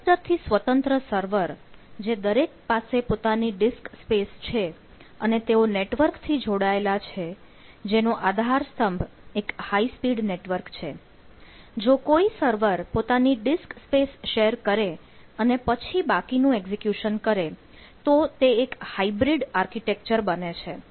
cluster થી સ્વતંત્ર server જે દરેક પાસે પોતાની ડીસ્ક સ્પેસ શેર કરે અને પછી બાકીનું એક્ઝીક્યુશન કરે તો તે એક હાઇબ્રીડ આર્કિટેક્ચર બને છે